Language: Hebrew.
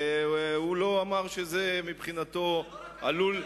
הוא לא אמר שמבחינתו זה עלול,